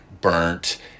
burnt